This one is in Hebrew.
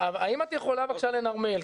האם את יכולה בבקשה לנרמל,